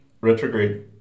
retrograde